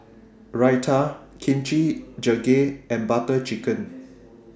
Raita Kimchi Jjigae and Butter Chicken